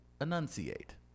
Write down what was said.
enunciate